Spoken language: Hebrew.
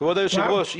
כבוד היושב ראש,